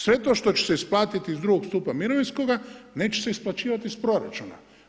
Sve to što će se isplatiti iz II stupa mirovinskoga neće se isplaćivati iz proračuna.